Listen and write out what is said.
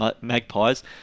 Magpies